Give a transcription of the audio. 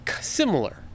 Similar